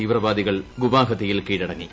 തീവ്രവാദികൾ ഗുവാഹത്തിയിൽ കീഴടങ്ങി